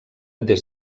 des